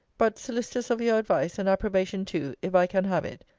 but, solicitous of your advice, and approbation too, if i can have it,